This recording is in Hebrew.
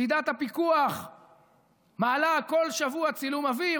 יחידת הפיקוח מעלה כל שבוע צילום אוויר,